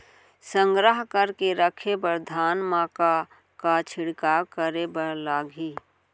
संग्रह करके रखे बर धान मा का का छिड़काव करे बर लागही?